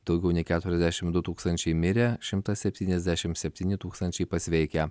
daugiau nei keturiasdešimt du tūkstančiai mirė šimtas septyniasdešimt septyni tūkstančiai pasveikę